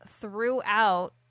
throughout